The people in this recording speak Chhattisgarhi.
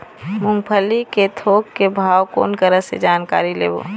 मूंगफली के थोक के भाव कोन करा से जानकारी लेबो?